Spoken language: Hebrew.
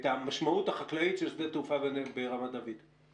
את המשמעות החקלאית של שדה תעופה ברמת דוד.